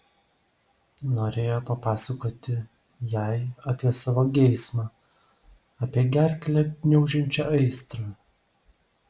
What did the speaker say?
norėjo papasakoti jai apie savo geismą apie gerklę gniaužiančią aistrą